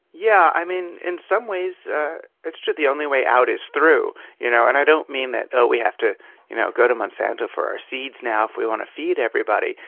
yeah i mean, in some ways it's true the only way out is through, you know and i don't mean that we have to you know go to monsanto for our seeds now if we want to feed everybody,